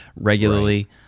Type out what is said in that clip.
regularly